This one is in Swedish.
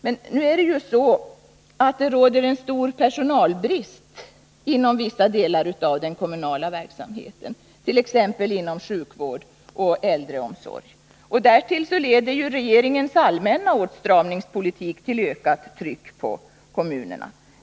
Men nu är det ju så att det råder en stor personalbrist inom vissa delar av den kommunala verksamheten, t.ex. inom sjukvård och äldreomsorg. Därtill leder regeringens allmänna åtstramningspolitik till ett ökat tryck på kommunerna.